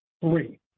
three